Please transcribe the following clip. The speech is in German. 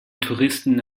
touristen